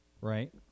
right